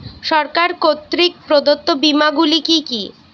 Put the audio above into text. সরকার কর্তৃক প্রদত্ত বিমা গুলি কি কি?